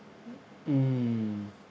mm